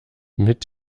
mit